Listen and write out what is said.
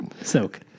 Soak